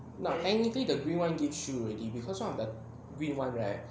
but anything the green [one] give shield already because one of the green [one] right